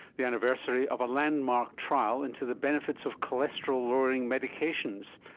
the anniversary of a landmark trial into the benefits of cholesterol lowering medications.